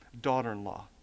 daughter-in-law